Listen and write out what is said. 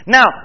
Now